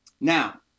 Now